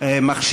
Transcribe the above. אחר כך,